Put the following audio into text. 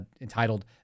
entitled